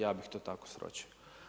Ja bih to tako sročio.